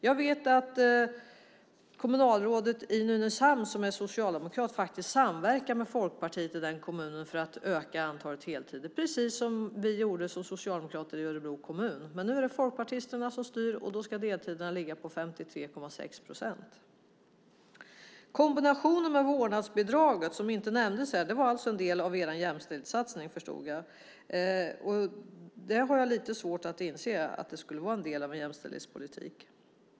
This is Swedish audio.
Jag vet att kommunalrådet i Nynäshamn, som är socialdemokrat, faktiskt samverkade med Folkpartiet i den kommunen för att öka antalet heltider, precis som vi socialdemokrater i Örebro kommun gjorde. Men nu är det folkpartisterna som styr, och då ska andelen deltider ligga på 53,6 procent. Kombinationen med vårdnadsbidraget, som inte nämndes här, var alltså en del av er jämställdhetssatsning, förstod jag. Jag har lite svårt att inse att det skulle vara en del av en jämställdhetspolitik.